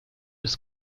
his